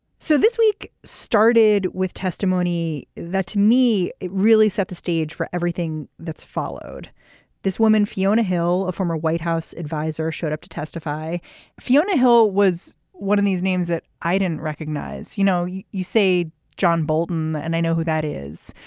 so this week started with testimony that's me it really set the stage for everything that's followed this woman fiona hill a former white house adviser showed up to testify fiona hill was one of these names that i didn't recognize. you know you you say john bolton and i know who that is.